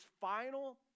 final